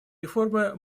реформы